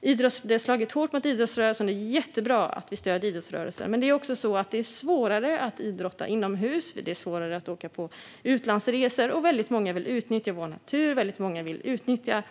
som har slagit hårt mot idrottsrörelsen, och det är jättebra att vi stöder idrottsrörelsen. Men det är också så att det är svårare att idrotta inomhus och att åka på utlandsresor. Väldigt många vill utnyttja vår natur. Väldigt många vill utnyttja